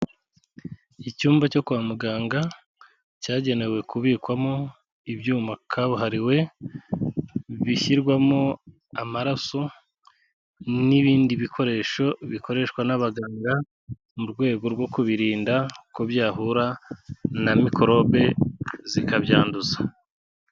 Icyumba cyo kwa muganga cyagenewe kubikwamo ibyuma kabuhariwe bishyirwamo amaraso n'ibindi bikoresho bikoreshwa n'abaganga mu rwego rwo kubirinda ko byahura na mikorobe zikabyanduza.